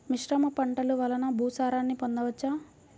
మిశ్రమ పంటలు వలన భూసారాన్ని పొందవచ్చా?